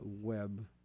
web